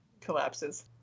Collapses